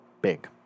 big